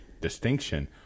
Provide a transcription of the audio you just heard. distinction